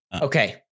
Okay